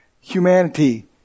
humanity